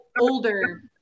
older